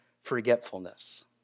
forgetfulness